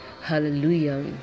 Hallelujah